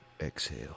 exhale